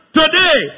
today